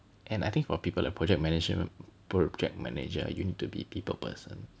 and I think for people like project management project manager you need to be people person